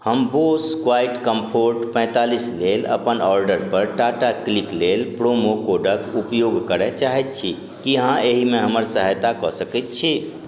हम Bose quiet comfort पैँतालिस लेल अपन ऑडरपर टाटा क्लिक लेल प्रोमो कोडके उपयोग करै चाहै छी कि अहाँ एहिमे हमर सहायता कऽ सकै छी